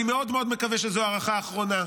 אני מאוד מאוד מקווה שזאת הארכה אחרונה,